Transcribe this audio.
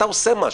אתה עושה משהו.